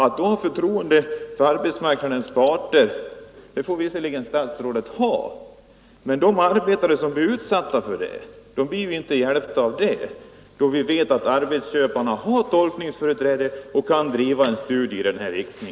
Det är bra att statsrådet har förtroende för arbetsmarknadens parter, men de arbetare som blir utsatta för sådana här tidsstudier blir inte hjälpta av det, då arbetsköparna har tolkningsföreträde och kan driva en studie i den här riktningen.